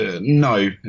No